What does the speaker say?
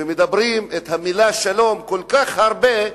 ואומרים את המלה "שלום" כל כך הרבה,